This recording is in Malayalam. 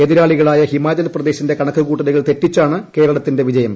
എതിരാളികളായ ഹിമാചൽ പ്രദേശിന്റെ കണക്ക് കൂട്ടലുകൾ തെറ്റിച്ചാണ് കേരളത്തിന്റെ വിജയം